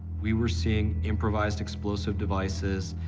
we were seeing improvised explosive devices,